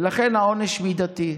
ולכן העונש מידתי.